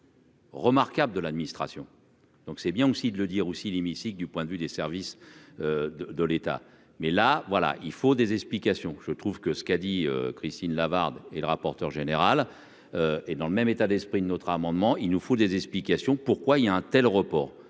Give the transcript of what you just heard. Remarquable de l'administration, donc c'est bien aussi de le dire aussi l'hémicycle du point de vue des services de de l'État, mais là, voilà, il faut des explications, je trouve que ce qu'a dit Christine Lavarde et le rapporteur général et dans le même état d'esprit de notre amendement, il nous faut des explications pourquoi il y a un tel report,